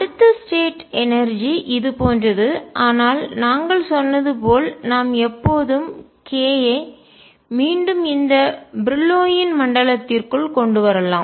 அடுத்த ஸ்டேட் நிலை எனர்ஜிஆற்றல் இது போன்றது ஆனால் நாங்கள் சொன்னது போல் நாம் எப்போதும் k ஐ மீண்டும் இந்த பிரில்லோயின் மண்டலத்திற்குள் கொண்டு வரலாம்